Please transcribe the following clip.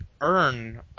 earn